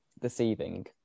deceiving